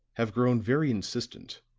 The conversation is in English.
have grown very insistent.